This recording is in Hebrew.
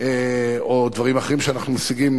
או דברים אחרים שאנחנו משיגים,